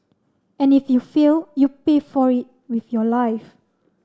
and if you fail you pay for it with your life